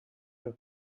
her